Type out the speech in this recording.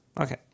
Okay